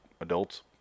adults